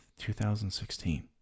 2016